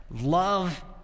Love